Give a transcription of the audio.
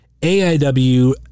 aiw